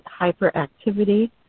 hyperactivity